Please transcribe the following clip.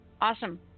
awesome